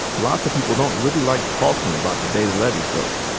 lots of people don't really like talking about the day the levees broke,